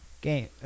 game